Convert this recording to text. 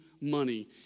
money